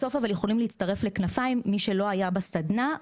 בסוף יכולים להצטרף ל"כנפיים" מי שלא היה בסדנה,